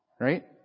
Right